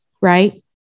right